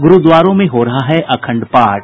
गुरुद्वारों में हो रहा है अखंड पाठ